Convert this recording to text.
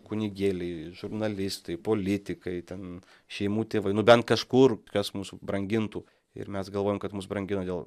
kunigėliai žurnalistai politikai ten šeimų tėvai nu bent kažkur kas mus brangintų ir mes galvojam kad mus brangina dėl